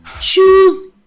choose